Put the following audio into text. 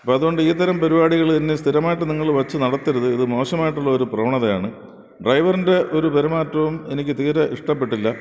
അപ്പതുകൊണ്ട് ഇത്തരം പരിപാടികൾ ഇനി സ്ഥിരമായിട്ട് നിങ്ങൾ വെച്ചു നടത്തരുത് ഇതു മോശമായിട്ടുള്ളൊരു പ്രവണതയാണ് ഡ്രൈവറിൻ്റെ ഒരു പെരുമാറ്റവും എനിക്ക് തീരെ ഇഷ്ടപ്പെട്ടില്ല